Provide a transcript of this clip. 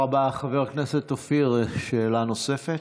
הייתי עם חברי אוסאמה סעדי ועופר כסיף בבורקה,